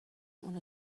اونو